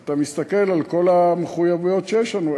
אתה מסתכל על כל המחויבויות שיש לנו,